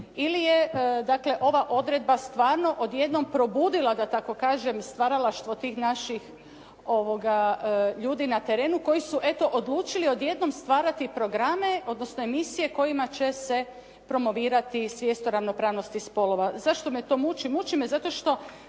dakle ova odredba stvarno odjednom probudila da tako kažem stvaralaštvo tih naših ljudi na terenu koji su eto odlučili odjednom stvarati programe, odnosno emisije kojima će se promovirati svijest o ravnopravnosti spolova. Zašto me to muči? Muči me zato što